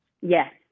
Yes